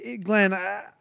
Glenn